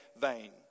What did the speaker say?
vain